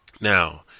Now